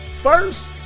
first